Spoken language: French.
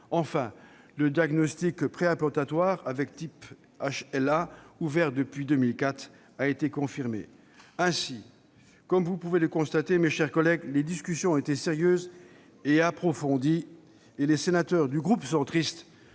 Enfin, le diagnostic préimplantatoire avec type HLA, ouvert depuis 2004, a été confirmé. Ainsi, comme vous pouvez le constater, mes chers collègues, les discussions ont été sérieuses et approfondies, et les sénateurs du groupe Union